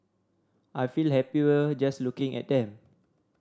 I feel happier just looking at them